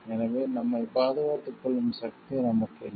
எனவே நம்மைப் பாதுகாத்துக் கொள்ளும் சக்தி நமக்கு இல்லை